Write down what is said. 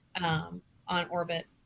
on-orbit